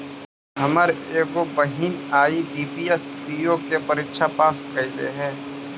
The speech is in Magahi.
हमर एगो बहिन आई.बी.पी.एस, पी.ओ के परीक्षा पास कयलइ हे